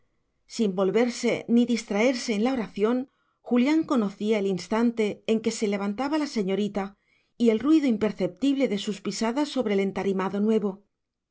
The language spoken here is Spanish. sin volverse ni distraerse en la oración julián conocía el instante en que se levantaba la señorita y el ruido imperceptible de sus pisadas sobre el entarimado nuevo